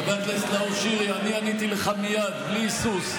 חבר הכנסת נאור שירי, עניתי לך מייד בלי היסוס.